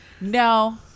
No